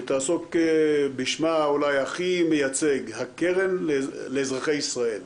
שתעסוק בשמה אולי הכי מייצג "הקרן לאזרחי ישראל".